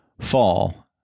fall